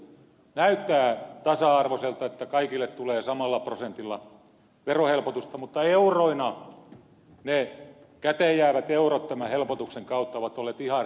näyttää tasa arvoiselta että kaikille tulee samalla prosentilla verohelpotusta mutta euroina ne käteen jäävät eurot tämän helpotuksen kautta ovat olleet ihan erilaisia